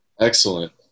Excellent